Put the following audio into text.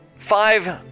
Five